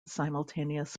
simultaneous